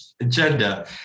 agenda